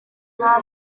nta